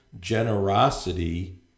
generosity